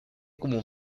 como